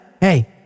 hey